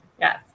Yes